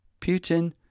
Putin